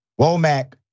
Womack